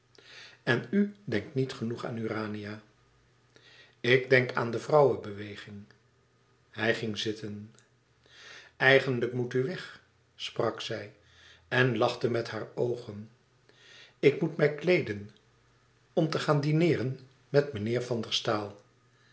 en u denkt lang niet genoeg aan urania ik denk aan de vrouwenbeweging hij ging zitten eigenlijk moet u weg sprak zij en lachte met haar oogen ik moet mij kleeden om te gaan dineeren met meneer van der staal